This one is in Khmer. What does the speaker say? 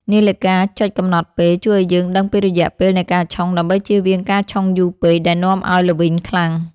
នាឡិកាចុចកំណត់ពេល ជួយឱ្យយើងដឹងពីរយៈពេលនៃការឆុង ដើម្បីជៀសវាងការឆុងយូរពេកដែលនាំឱ្យល្វីងខ្លាំង។